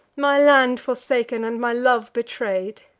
my land forsaken, and my love betray'd?